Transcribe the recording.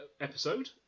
episode